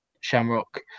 Shamrock